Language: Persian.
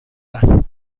است